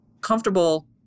comfortable